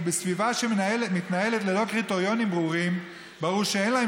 ובסביבה שמתנהלת ללא קריטריונים ברורים ברור שאין להם